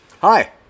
hi